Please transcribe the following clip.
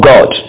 God